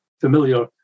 familiar